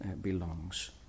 belongs